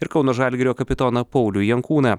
ir kauno žalgirio kapitoną paulių jankūną